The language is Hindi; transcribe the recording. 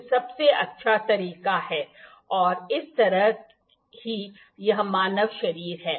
यह सबसे अच्छा तरीका है और इस तरह ही यह मानव शरीर है